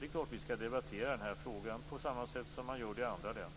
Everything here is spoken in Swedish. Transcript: Det är klart att vi skall debattera den här frågan på samma sätt som man gör det i andra länder.